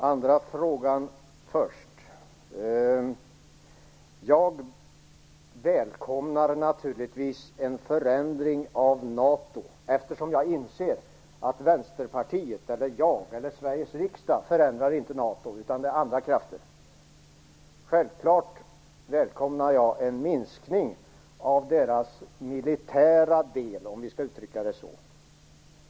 Herr talman! Jag tar den andra frågan först. Jag välkomnar naturligtvis en förändring av NATO, eftersom jag inser att Vänsterpartiet, jag eller Sveriges riksdag inte förändrar NATO. Det gör andra krafter. Självklart välkomnar jag en minskning av NATO:s militära del, om vi skall uttrycka det så.